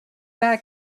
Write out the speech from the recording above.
bad